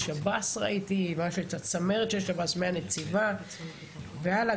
בשב"ס ראיתי את הצמרת של שב"ס מהנציבה והלאה.